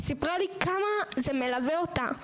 היא סיפרה לי כמה זה מלווה אותה,